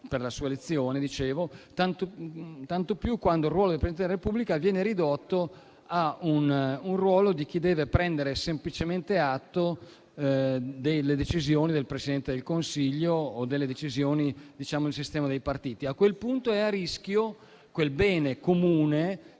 per la sua elezione, tanto più quando quello del Presidente della Repubblica viene ridotto a un ruolo di chi deve prendere semplicemente atto delle decisioni del Presidente del Consiglio o del sistema dei partiti. A quel punto, è a rischio quel bene comune,